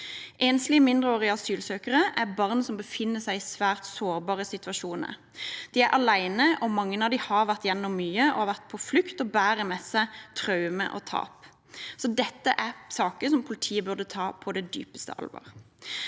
Enslige mindreårige asylsøkere er barn som befinner seg i svært sårbare situasjoner. De er alene, og mange av dem har vært gjennom mye, har vært på flukt og bærer med seg traumer og tap, så dette er saker som politiet burde ta på det dypeste alvor.